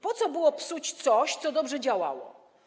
Po co było psuć coś, co dobrze działało?